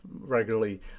regularly